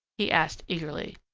he asked eagerly.